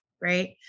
Right